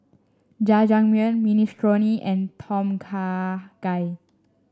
Jajangmyeon Minestrone and Tom Kha Gai